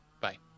Bye